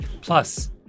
Plus